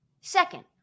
Second